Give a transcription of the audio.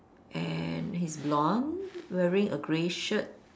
and he's blonde wearing a grey shirt